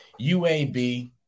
UAB